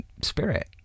spirit